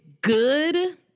good